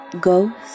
ghost